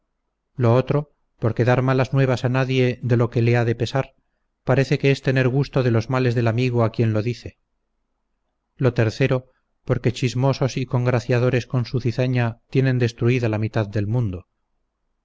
lo otro porque dar malas nuevas a nadie de lo que le ha de pesar parece que es tener gusto de los males del amigo a quien lo dice lo tercero porque chismosos y congraciadores con su cizaña tienen destruida la mitad del mundo